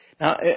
Now